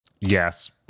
Yes